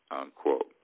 unquote